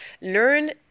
learn